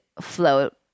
float